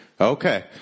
Okay